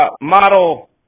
model